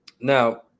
Now